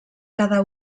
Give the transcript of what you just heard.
cada